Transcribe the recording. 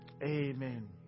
amen